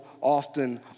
often